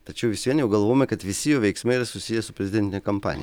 tačiau vis vien jau galvojome kad visi jo veiksmai susiję su prezidentine kampanija